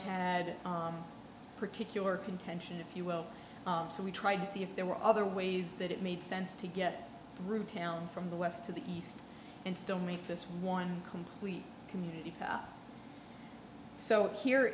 had a particular contention if you will so we tried to see if there were other ways that it made sense to get through town from the west to the east and still make this one complete community so here